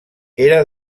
era